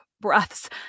breaths